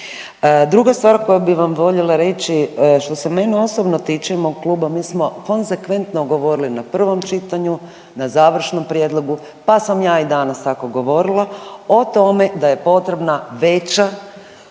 Druga stvar koju bih vam voljela reći što se mene osobno tiče i mog kluba mi smo konzekventno govorili na prvom čitanju, na završnom prijedlogu, pa sam ja i danas tako govorila o tome da je potrebna veća